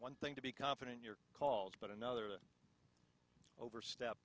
one thing to be confident in your calls but another to overstep